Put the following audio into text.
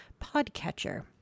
podcatcher